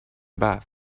bath